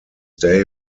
day